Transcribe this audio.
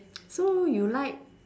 so you like